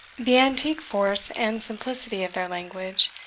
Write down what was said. the antique force and simplicity of their language,